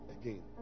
again